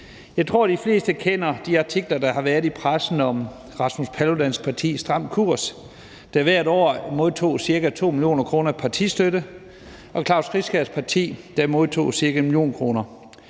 Jeg tror, de fleste kender de artikler, der har været i pressen om Rasmus Paludans parti, Stram Kurs, der hvert år modtog ca. 2 mio. kr. i partistøtte, og om Klaus Riskær Pedersens parti, der modtog ca. 1 mio. kr.